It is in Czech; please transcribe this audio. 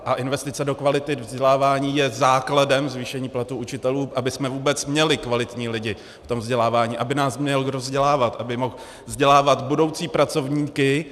A investice do kvality vzdělávání je základem zvýšení platů učitelů, abychom vůbec měli kvalitní lidi ve vzdělávání, aby nás měl kdo vzdělávat, aby mohl vzdělávat budoucí pracovníky.